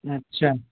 अच्छा